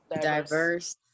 diverse